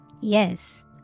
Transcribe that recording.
Yes